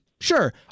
sure